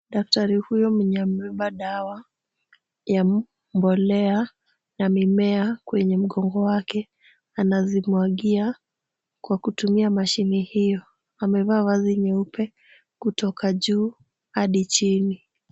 Daktari huyo mwenye amebeba dawa ya mbolea na mimea kwenye mgongo wake anazimwagia. Kwa kutumia mashine hiyo, amevaa vazi nyeupe kutoka juu hadi chini.